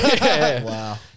Wow